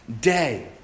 day